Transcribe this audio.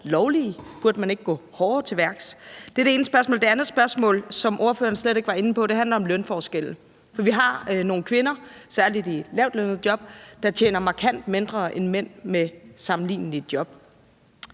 Det er det ene spørgsmål. Det andet spørgsmål, som ordføreren slet ikke var inde på, handler om lønforskelle. For vi har nogle kvinder, særlig i lavtlønnede job, der tjener markant mindre end mænd med sammenlignelige job.